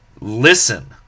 listen